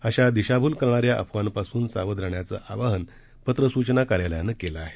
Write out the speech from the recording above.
अशा दिशाभूल करणाऱ्या अफवांपासून सावध राहण्याचं आवाहन पत्र सूचना कार्यालयानं केलं आहे